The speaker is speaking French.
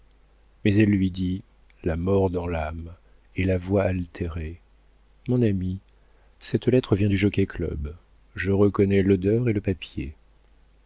mais elle lui dit la mort dans l'âme et la voix altérée mon ami cette lettre vient du jockey-club je reconnais l'odeur et le papier